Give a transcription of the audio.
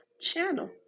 channel